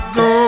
go